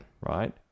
Right